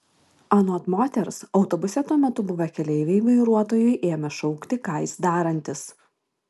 anot moters autobuse tuo metu buvę keleiviai vairuotojui ėmė šaukti ką jis darantis